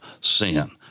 sin